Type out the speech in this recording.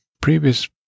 previous